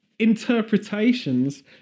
interpretations